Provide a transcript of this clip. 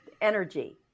energy